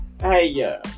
Hey